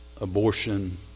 abortion